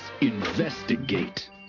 investigate